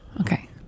okay